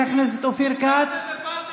גוי של שבת תהיה.